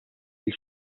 ell